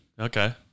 Okay